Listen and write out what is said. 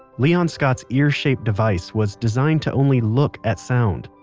leon scott's ear-shaped device was designed to only look at sound.